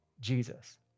Jesus